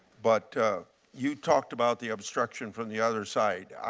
but you talked about the obstruction from the other side.